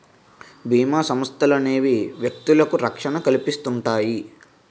బీమా సంస్థలనేవి వ్యక్తులకు రక్షణ కల్పిస్తుంటాయి